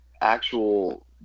actual –